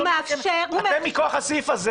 הוא מאפשר --- אתם מכוח הסעיף הזה,